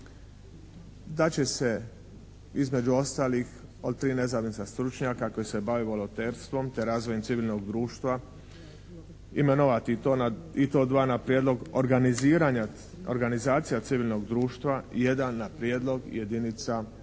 da će se između ostalih od tri nezavisna stručnjaka koji se bave volonterstvom te razvojem civilnog društva imenovati i to dva na prijedlog organiziranja, organizacija civilnog društva, jedan na prijedlog jedinica, tijela